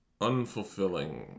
unfulfilling